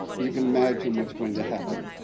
you can imagine what's going to happen.